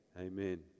Amen